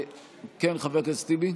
כן, חבר הכנסת טיבי?